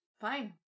fine